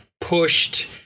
pushed